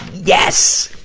yes!